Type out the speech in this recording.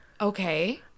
Okay